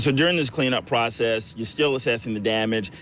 so during this cleanup process you still assessing the damage.